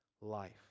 life